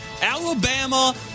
Alabama